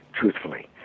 truthfully